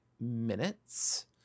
minutes